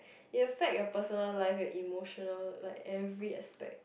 it'll affect your personal life your emotional like every aspect